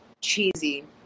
cheesy